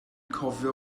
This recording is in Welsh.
cofio